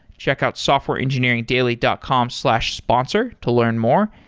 check out softwareengineeringdaily dot com slash sponsor to learn more,